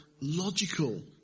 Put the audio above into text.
logical